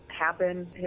happen